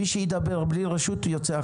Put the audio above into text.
מי שידבר בלי רשות יוצא החוצה.